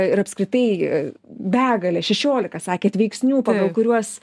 ir apskritai begalė šešiolika sakėt veiksnių pagal kuriuos